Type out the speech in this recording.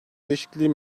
değişikliği